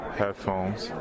headphones